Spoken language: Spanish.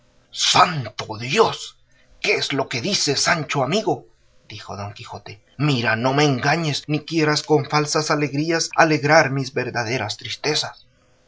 santo dios qué es lo que dices sancho amigo dijo don quijote mira no me engañes ni quieras con falsas alegrías alegrar mis verdaderas tristezas